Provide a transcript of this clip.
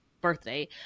birthday